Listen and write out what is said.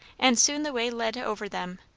and soon the way led over them,